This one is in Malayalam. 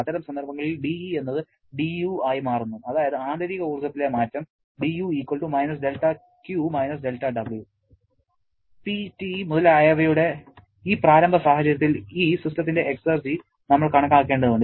അത്തരം സന്ദർഭങ്ങളിൽ dE എന്നത് dU ആയി മാറുന്നു അതായത് ആന്തരിക ഊർജ്ജത്തിലെ മാറ്റം dU - δQ - δW P T മുതലായവയുടെ ഈ പ്രാരംഭ സാഹചര്യത്തിൽ ഈ സിസ്റ്റത്തിന്റെ എക്സർജി നമ്മൾ കണക്കാക്കേണ്ടതുണ്ട്